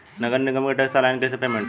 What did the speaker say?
नगर निगम के टैक्स ऑनलाइन कईसे पेमेंट होई?